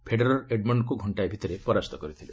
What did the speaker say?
Federer ଏଡ୍ମଣ୍ଡଙ୍କୁ ଘଣ୍ଟାଏ ଭିତରେ ପରାସ୍ତ କରିଥିଲେ